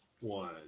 one